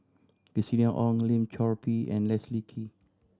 Christina Ong Lim Chor Pee and Leslie Kee